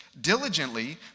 diligently